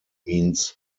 means